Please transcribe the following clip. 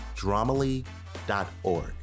dramaleague.org